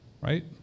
right